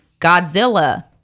Godzilla